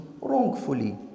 wrongfully